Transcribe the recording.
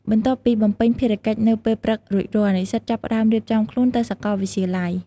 បន្ទាប់ពីបំពេញភារកិច្ចនៅពេលព្រឹករួចរាល់ និស្សិតចាប់ផ្ដើមរៀបចំខ្លួនទៅសាកលវិទ្យាល័យ។